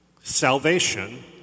Salvation